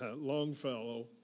Longfellow